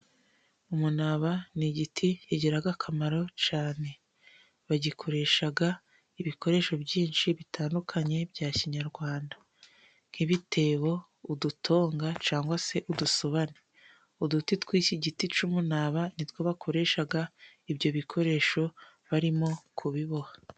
Umunaba ni igiti kigira akamaro cyane. Bagikoresha ibikoresho byinshi bitandukanye bya kinyarwanda nk'ibitebo ,udutonga cyangwa se udusobane. Uduti tw'iki giti cy'umunaba ni two bakoresha ibyo bikoresho barimo kubiboha.